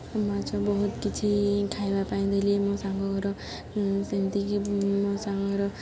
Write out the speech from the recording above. ମାଛ ବହୁତ କିଛି ଖାଇବା ପାଇଁ ଦେଲି ମୋ ସାଙ୍ଗ ଘର ସେମିତିକି ମୋ ସାଙ୍ଗର